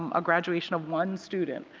a graduation of one student.